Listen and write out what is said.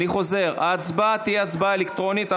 אני חוזר, ההצבעה תהיה הצבעה אלקטרונית.